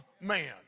man